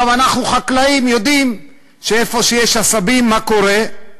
אנחנו חקלאים ויודעים שאיפה שיש עשבים, מה קורה?